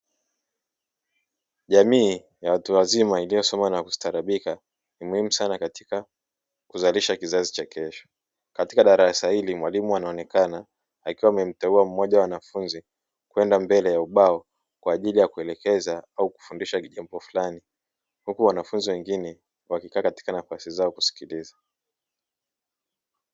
Jamii ya watu wazima iliyosoma na kustarabika ni muhimu sana katika kuzalisha kizazi cha kesho, katika darasa hili mwalimu anaonekana akiwa amemteua mmoja wa wanafunzi kwenda mbele ya ubao kwa ajili ya kuelekeza au kufundisha jambo fulani, huku wanafunzi wengine wakikaa katika nafasi zao kusikiliza.